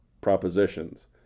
propositions